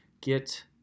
Get